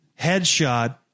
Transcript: headshot